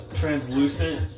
translucent